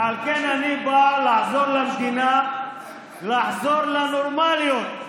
ועל כן אני בא לעזור למדינה לחזור לנורמליות,